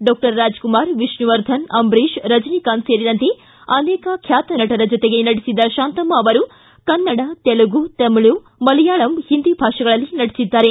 doctor Rajkumar Vishnuvardhan Ambareesh Rajinikanth ಸೇರಿದಂತೆ ಅನೇಕ ಖ್ಯಾತ ನಟರ ಜೊತೆಗೆ ನಟಿಸಿದ ಶಾಂತಮ್ಮ ಅವರು ಕನ್ನಡ ತೆಲುಗು ತಮಿಳು ಮಲಯಾಳಂ ಹಿಂದಿ ಭಾಷೆಗಳಲ್ಲಿ ನಟಿಸಿದ್ದಾರೆ